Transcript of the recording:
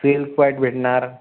silk white भेटणार